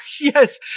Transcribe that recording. yes